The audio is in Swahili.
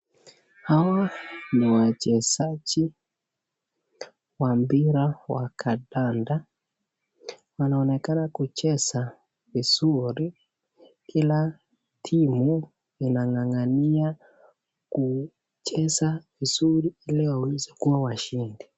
Hawa ni wachezaji wa mpira wa kandanda. Wanaonekana kucheza vizuri kila timu inanganania kucheza vizuri ili waweze kuwa washindi.